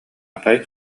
арай